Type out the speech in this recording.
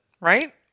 right